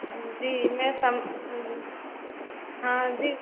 हं जी मैं सम हाँ जि